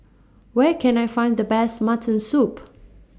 Where Can I Find The Best Mutton Soup